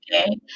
okay